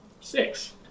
Six